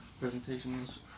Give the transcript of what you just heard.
presentations